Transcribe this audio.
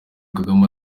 kagame